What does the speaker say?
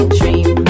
dream